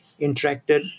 interacted